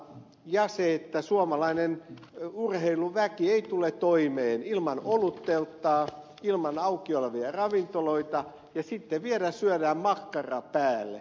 sitten on vielä se että suomalainen urheiluväki ei tule toimeen ilman oluttelttaa ilman auki olevia ravintoloita ja sitten vielä syödään makkara päälle